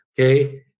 Okay